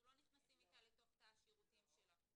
לא נכנסים אתה לתוך תא השירותים שלה.